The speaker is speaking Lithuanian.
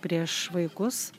prieš vaikus